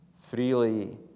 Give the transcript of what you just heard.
freely